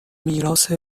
میراث